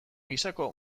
gisako